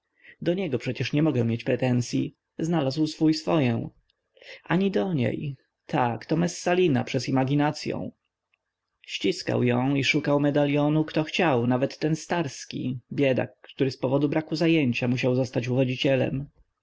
do niego przecież nie mogę mieć pretensyi znalazł swój swoję ani do niej tak to messalina przez imaginacyą ściskał ją i szukał medalionu kto chciał nawet ten starski biedak który zpowodu braku zajęcia musiał zostać uwodzicielem